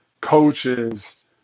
coaches